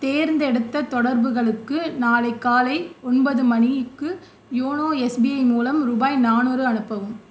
தேர்ந்தெடுத்தத் தொடர்புகளுக்கு நாளைக் காலை ஒன்பது மணிக்கு யோனோ எஸ்பிஐ மூலம் ரூபாய் நானூறு அனுப்பவும்